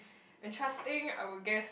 entrusting I would guess